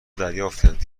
دریافتند